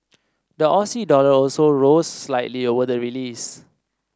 the Aussie dollar also rose slightly over the release